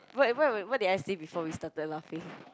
what what what did I say before we started laughing